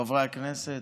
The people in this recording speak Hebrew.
חברי הכנסת,